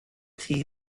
tea